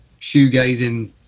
shoegazing